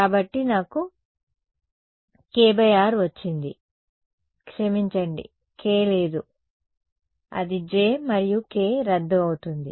కాబట్టి నాకు kr వచ్చింది క్షమించండి k లేదు అది j మరియు k రద్దు అవుతుంది